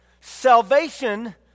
salvation